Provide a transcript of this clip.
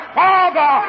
father